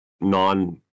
non